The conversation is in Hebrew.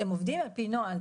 הם עובדים על פי נוהל,